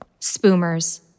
Spoomers